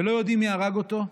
ולא יודעים מי הרג אותו,